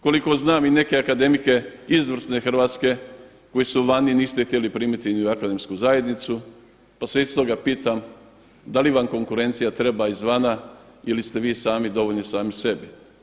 Koliko znam i neke akademike izvrsne hrvatske koji su vani, niste ih htjeli primiti ni u Akademsku zajednicu, pa se iz toga pitam da li vam konkurencija treba izvana ili ste vi sami dovoljni sami sebi.